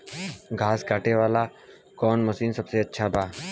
घास काटे वाला कौन मशीन सबसे अच्छा बा?